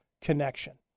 connection